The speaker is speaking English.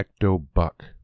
Ecto-Buck